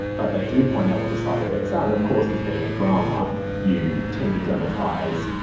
but they do point out what the side effects are and of course this being a drama you tend to dramatise.